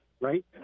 right